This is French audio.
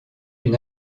une